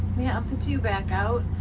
yeah, i'll put you back out.